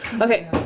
Okay